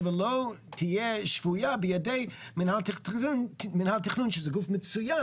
ולא תהיה שבויה בידי מינהל התכנון שזה גוף מצוין,